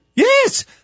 Yes